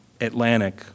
Atlantic